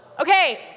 Okay